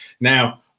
Now